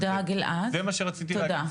זה מה שרציתי להגיד,